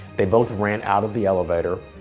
they both ran out of the elevator.